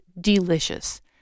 Delicious